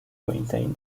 maintain